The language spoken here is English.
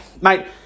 mate